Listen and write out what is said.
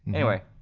anyway,